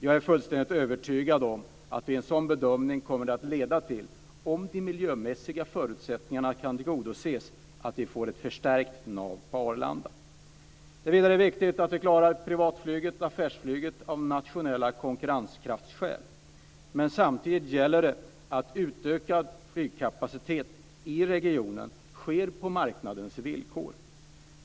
Jag är fullständigt övertygad om att en sådan bedömning, om de miljömässiga kraven kan tillgodoses, kommer att leda till att Arlandanavet förstärks. Det är vidare av nationella konkurrenskraftsskäl viktigt att vi klarar privatflyget och affärsflyget, men det gäller samtidigt att en utökning av flygkapaciteten i regionen sker på marknadens villkor.